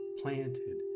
planted